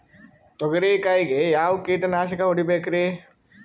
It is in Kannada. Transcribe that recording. ತೊಗರಿ ಕಾಯಿಗೆ ಯಾವ ಕೀಟನಾಶಕ ಹೊಡಿಬೇಕರಿ?